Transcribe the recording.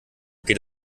geht